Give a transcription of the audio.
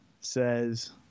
says